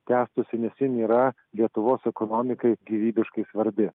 tęstųsi nes jin yra lietuvos ekonomikai gyvybiškai svarbi